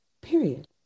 Period